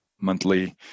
monthly